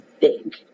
big